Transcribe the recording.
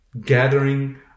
gathering